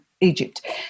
Egypt